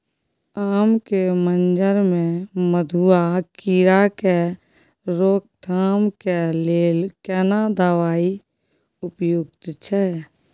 आम के मंजर में मधुआ कीरा के रोकथाम के लेल केना दवाई उपयुक्त छै?